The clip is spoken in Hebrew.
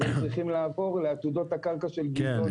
אז הם צריכים לעבור לעתודות הקרקע של גדעונה.